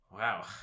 wow